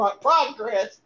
progress